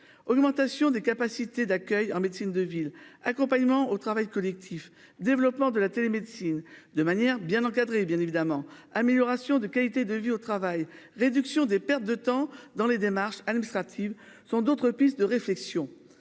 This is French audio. Augmentation des capacités d'accueil en médecine de ville accompagnement au travail collectif, développement de la télémédecine, de manière bien encadré et bien évidemment, amélioration de qualité de vie au travail, réduction des pertes de temps dans les démarches administratives sont d'autres pistes de réflexion.